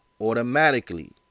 automatically